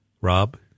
Rob